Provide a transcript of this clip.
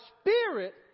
spirit